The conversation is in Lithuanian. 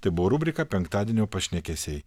tai buvo rubrika penktadienio pašnekesiai